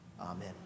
Amen